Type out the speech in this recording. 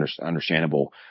understandable